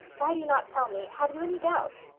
why do you not tell me? have you any doubt?